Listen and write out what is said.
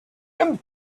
him